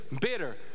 bitter